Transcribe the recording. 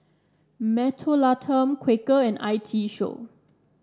Mentholatum Quaker and I T Show